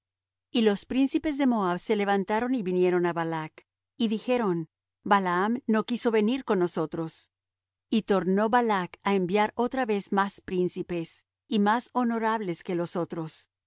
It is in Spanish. y los príncipes de moab se levantaron y vinieron á balac y dijeron balaam no quiso venir con nosotros y tornó balac á enviar otra vez más príncipes y más honorables que los otros